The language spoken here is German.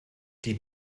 die